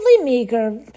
meager